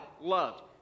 loved